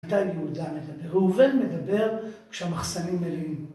עדיין יהודה מדבר, ראובן מדבר כשהמחסנים מלאים